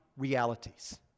Realities